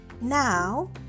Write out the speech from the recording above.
Now